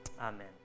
Amen